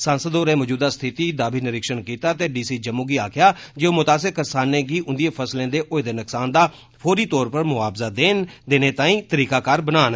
सांसद होरें मौजूदा स्थिति दा बी निरिक्षण कीता ते डी सी जम्मू गी आक्खेआ जे ओह् मुतासिर करसानें गी उन्दिएं फसले दे औदे नुक्सान दा फौरी तौर पर मुआवजा देने तांई तरीकाकार बनान